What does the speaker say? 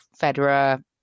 Federer